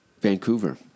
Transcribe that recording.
Vancouver